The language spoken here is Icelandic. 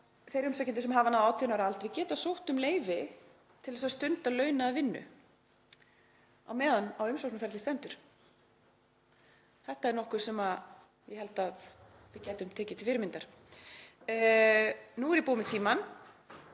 þeir umsækjendur sem hafa náð 18 ára aldri geta sótt um leyfi til að stunda launaða vinnu meðan á umsóknarferli stendur. Þetta er nokkuð sem ég held að við gætum tekið til fyrirmyndar. Nú er ég búin með tímann